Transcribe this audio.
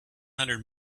hundred